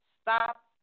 stop